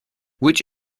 which